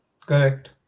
Correct